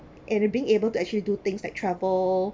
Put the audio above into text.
and being able to actually do things like travel